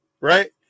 right